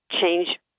change